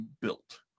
built